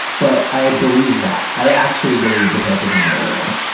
but i believe that. i actually believe the pope is a murderer.